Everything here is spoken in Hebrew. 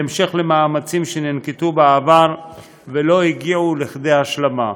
בהמשך למאמצים שננקטו בעבר ולא הגיעו לכדי השלמה.